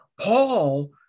Paul